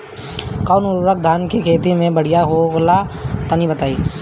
कौन उर्वरक धान के खेती ला बढ़िया होला तनी बताई?